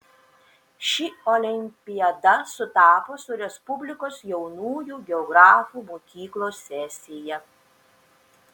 ši olimpiada sutapo su respublikos jaunųjų geografų mokyklos sesija